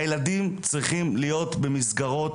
הילדים צריכים להיות במסגרות,